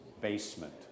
basement